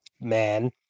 man